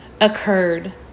occurred